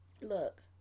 Look